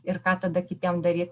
ir ką tada kitiem daryt